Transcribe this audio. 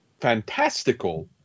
fantastical